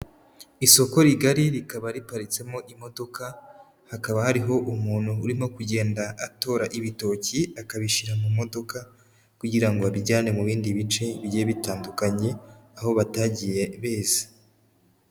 Isoko rigari rikaba riparitsemo imodoka, hakaba hariho umuntu urimo kugenda atora ibitoki akabishyira mu modoka kugira ngo babijyane mu bindi bice bigiye bitandukanye, aho batagiye beza.